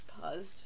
paused